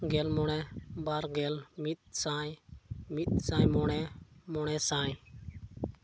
ᱜᱮᱞ ᱢᱚᱬᱮ ᱵᱟᱨ ᱜᱮᱞ ᱢᱤᱫᱥᱟᱭ ᱢᱤᱫ ᱥᱟᱭ ᱢᱚᱬᱮ ᱢᱚᱬᱮ ᱥᱟᱭ